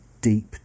deep